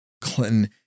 Clinton